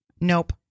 Nope